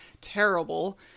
terrible